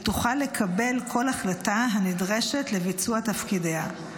ותוכל לקבל כל החלטה הנדרשת לביצוע תפקידיה,